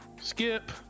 Skip